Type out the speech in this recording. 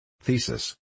Thesis